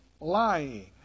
lying